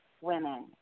women